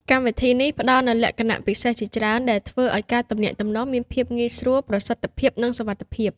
កម្មវិធីនេះផ្តល់នូវលក្ខណៈពិសេសជាច្រើនដែលធ្វើឲ្យការទំនាក់ទំនងមានភាពងាយស្រួល ប្រសិទ្ធភាព និងសុវត្ថិភាព។